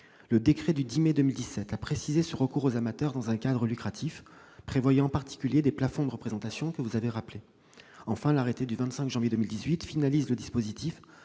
Le décret du 10 mai 2017 a ensuite précisé le périmètre du recours aux amateurs dans un cadre lucratif, prévoyant en particulier les plafonds de représentations que vous avez rappelés. Enfin, l'arrêté du 25 janvier 2018 a finalisé le dispositif